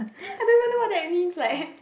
I don't even know what that means like